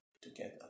together